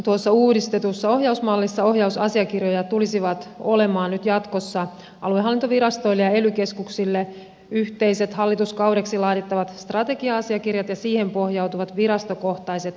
tuossa uudistetussa ohjausmallissa ohjausasiakirjoja tulisivat olemaan nyt jatkossa aluehallintovirastoille ja ely keskuksille yhteiset hallituskaudeksi laadittavat strategia asiakirjat ja niihin pohjautuvat virastokohtaiset tulossopimukset